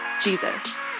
Jesus